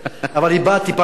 אבל היא באה טיפה מאוחר,